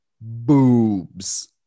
boobs